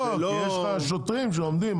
כי יש לך שוטרים שעומדים.